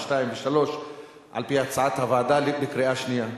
2 ו-3 על-פי הצעת הוועדה בקריאה שנייה.